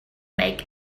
make